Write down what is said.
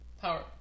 Power